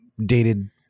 dated